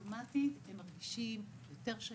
אוטומטית הם מרגישים יותר שייכים,